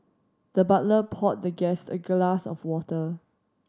the butler poured the guest a glass of water